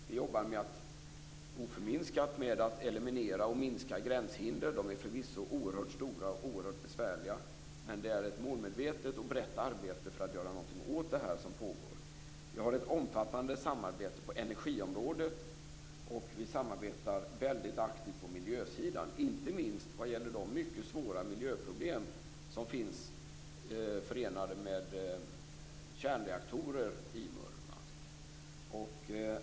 Vi jobbar oförminskat med att eliminera och minska gränshinder. De är förvisso oerhört stora och besvärliga, men det sker ett målmedvetet och brett arbete för att göra någonting åt det som pågår. Vi har ett omfattande samarbete på energiområdet, och vi samarbetar väldigt aktivt på miljösidan, inte minst vad gäller de mycket svåra miljöproblem som är förenade med kärnreaktorer i Murmansk.